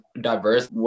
diverse